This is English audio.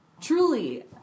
Truly